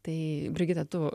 tai brigita tu